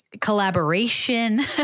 collaboration